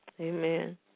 Amen